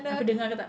aku dengar ke tak